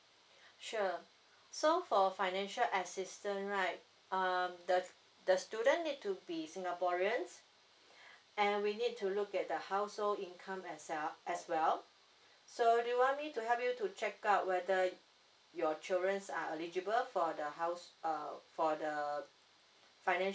sure so for financial assistance right um the the student need to be singaporeans and we need to look at the household income as well as well so do you want me to help you to check out whether your children are eligible for the house uh for the financial